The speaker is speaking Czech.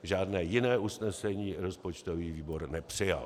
Žádné jiné usnesení rozpočtový výbor nepřijal.